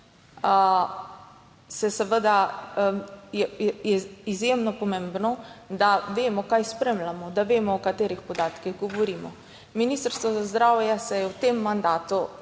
seveda, je izjemno pomembno, da vemo, kaj spremljamo, da vemo, o katerih podatkih govorimo. Ministrstvo za zdravje se je v tem mandatu